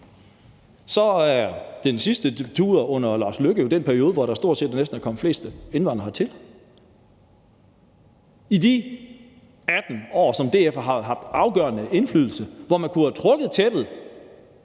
er den sidste tur under hr. Lars Løkke Rasmussen jo stort set den periode, hvor der er kommet flest indvandrere hertil. I de 18 år, hvor DF har haft afgørende indflydelse, hvor man kunne have trukket tæppet